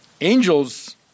Angels